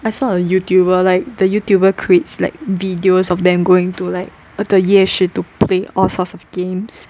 I saw a youtuber like the youtuber creates like videos of them going to like the 夜市 to play all sorts of games